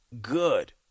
good